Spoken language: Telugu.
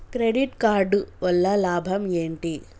క్రెడిట్ కార్డు వల్ల లాభం ఏంటి?